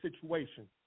situation